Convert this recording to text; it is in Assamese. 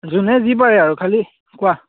যোনে যি পাৰে আৰু খালি কোৱা